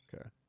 Okay